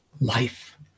life